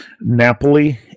Napoli